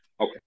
okay